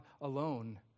alone